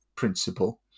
principle